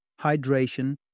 hydration